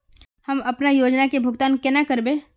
हम अपना योजना के भुगतान केना करबे?